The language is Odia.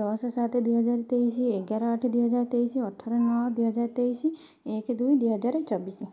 ଦଶ ସାତ ଦୁଇ ହଜାର ତେଇଶି ଏଗାର ଆଠ ଦୁଇ ହଜାର ତେଇଶି ଅଠର ନଅ ଦୁଇ ହଜାର ତେଇଶି ଏକ ଦୁଇ ଦୁଇ ହଜାର ଚବିଶି